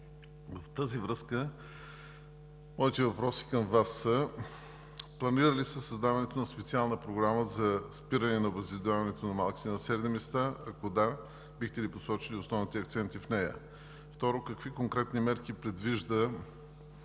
В тази връзка моите въпроси към Вас са: Планира ли се създаването на специална програма за спиране на обезлюдяването на малките населени места? Ако да, бихте ли посочили основните акценти в нея? Второ, какви конкретни мерки предвижда